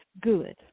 good